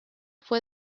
fue